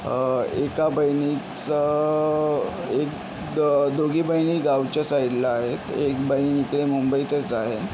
एका बहिणीचं एक दोघी बहिणी गावच्या साईडला आहेत एक बहीण इथे मुंबईतच आहे